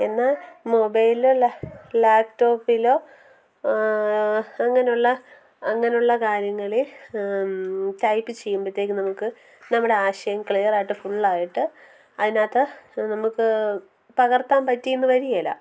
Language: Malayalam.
എന്നാൽ മൊബൈലിലോ ലാപ്ടോപ്പിലോ അങ്ങനെയുള്ള അങ്ങനെയുള്ള കാര്യങ്ങളിൽ ടൈപ്പ് ചെയ്യുമ്പോഴത്തേക്കും നമുക്ക് നമ്മുടെ ആശയം ക്ലിയറായിട്ട് ഫുള്ളായിട്ട് അതിനകത്ത് നമുക്ക് പകർത്താൻ പറ്റിയെന്ന് വരികേല